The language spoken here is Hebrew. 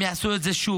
והם יעשו את זה שוב.